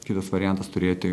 kitas variantas turėti